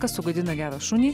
kas sugadina gerą šunį